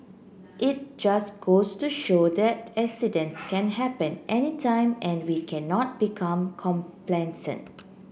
it just goes to show that accidents can happen anytime and we cannot become complacent